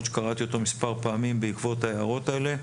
שקראתי אותו מספר פעמים בעקבות ההערות האלה.